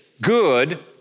good